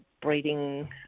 breeding